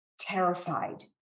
terrified